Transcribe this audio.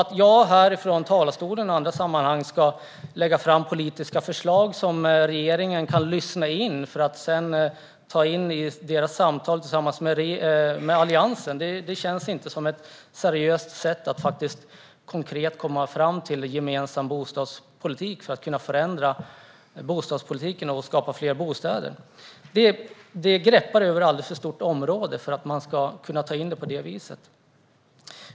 Att jag härifrån talarstolen eller i andra sammanhang ska lägga fram politiska förslag som regeringen kan lyssna på och sedan lyfta in i sina samtal med Alliansen känns inte som ett seriöst sätt för att tillsammans komma fram till en gemensam och förändrad bostadspolitik och skapa fler bostäder. Detta greppar över ett alldeles för stort område för att man ska kunna ta in det på ett sådant sätt.